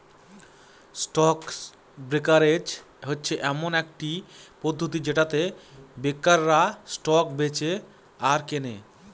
stock brokerage হচ্ছে এমন একটি পদ্ধতি যেটাতে ব্রোকাররা স্টক বেঁচে আর কেনে